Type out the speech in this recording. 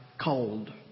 cold